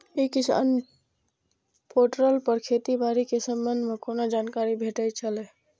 ई किसान पोर्टल पर खेती बाड़ी के संबंध में कोना जानकारी भेटय छल?